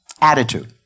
Attitude